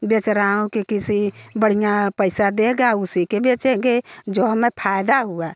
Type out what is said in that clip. बेच रही हूँ कि किसी बढ़िया पैसा देगा उसी के बेचेंगे जो हमें फ़ायदा हुआ